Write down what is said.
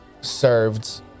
served